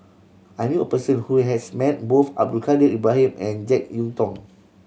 I knew a person who has met both Abdul Kadir Ibrahim and Jek Yeun Thong